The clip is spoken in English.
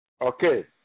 Okay